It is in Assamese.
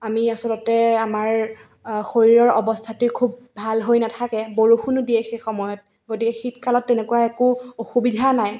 আমি আচলতে আমাৰ শৰীৰৰ অৱস্থাটি খুব ভাল হৈ নাথাকে বৰষুণো দিয়ে সেই সময়ত গতিকে শীত কালত তেনেকুৱা একো অসুবিধা নাই